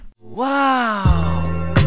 Wow